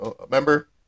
remember